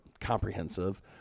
comprehensive